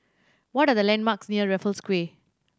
what are the landmarks near Raffles Quay